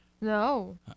No